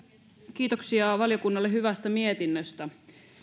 kiitoksia valiokunnalle hyvästä mietinnöstä